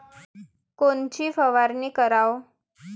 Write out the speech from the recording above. कोनची फवारणी कराव?